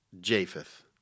Japheth